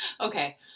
Okay